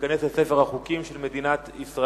ותיכנס לספר החוקים של מדינת ישראל.